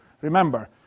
remember